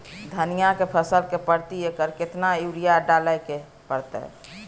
धनिया के फसल मे प्रति एकर केतना यूरिया डालय के परतय?